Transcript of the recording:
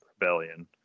rebellion